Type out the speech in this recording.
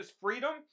freedom